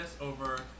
over